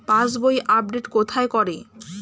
পাসবই update কোথায় করে?